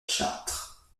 châtre